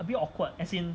a bit awkward as in